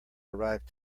arrived